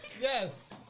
Yes